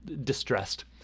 distressed